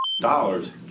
dollars